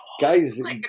guys